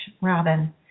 Robin